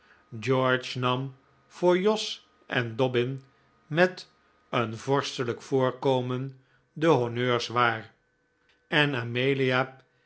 george nam voor jos en dobbin met een vorstelijk voorkomen de honneurs waar en amelia